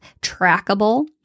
trackable